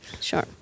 sure